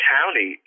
County